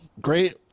great